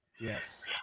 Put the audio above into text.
Yes